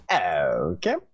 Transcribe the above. Okay